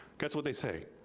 guess what they say,